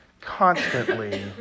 constantly